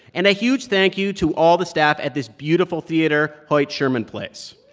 and a huge thank you to all the staff at this beautiful theater, hoyt sherman place